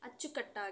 ಅಚ್ಚುಕಟ್ಟಾಗಿ